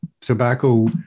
tobacco